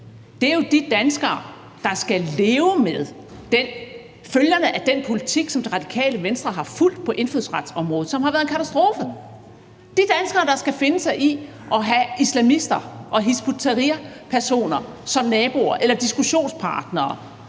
er jo de danskere, der skal leve med følgerne af den politik, som Det Radikale Venstre har fulgt på indfødsretsområdet, og som har været en katastrofe – de danskere, der skal finde sig i at have islamister og Hizb ut-Tahrir-personer som naboer eller diskussionspartnere,